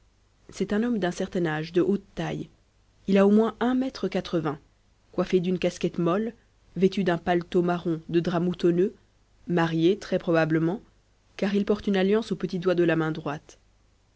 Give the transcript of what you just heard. c'est un homme d'un certain âge de haute taille il a au moins un mètre quatre-vingts coiffé d'une casquette molle vêtu d'un paletot marron de drap moutonneux marié très probablement car il porte une alliance au petit doigt de la main droite